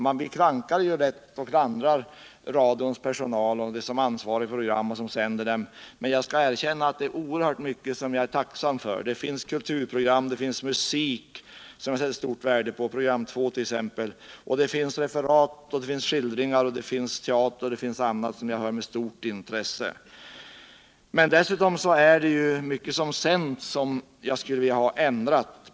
Man klandrar ju ofta radions personal och dem som är ansvariga för programmen, men jag skall erkänna att det finns oerhört mycket som jag är tacksam för. Det finns kulturprogram, och det finns musik i program 2t.ex. som jag sätter oerhört stort värde på. Och det finns referat, skildringar, teater och annat som jag lyssnar på med stort intresse. Å andra sidan är det mycket av det som sänds som jag skulle vilja ha ändrat.